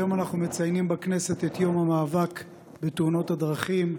היום אנחנו מציינים בכנסת את יום המאבק בתאונות הדרכים.